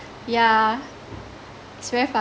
yeah it's very